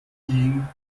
ihn